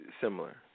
similar